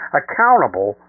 accountable